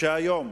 שהיום